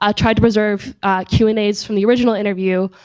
ah tried to preserve q and a's from the original interview,